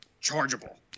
chargeable